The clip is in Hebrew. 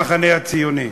המחנה הציוני.